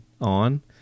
on